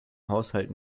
haushalt